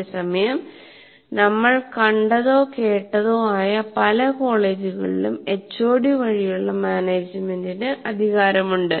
അതേസമയം നമ്മൾ കണ്ടതോ കേട്ടതോ ആയ പല കോളേജുകളിലും എച്ച്ഒഡി വഴിയുള്ള മാനേജ്മെന്റിന് അധികാരമുണ്ട്